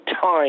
time